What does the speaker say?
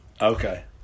okay